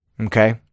Okay